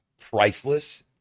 priceless